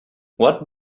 what